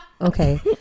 Okay